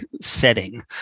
setting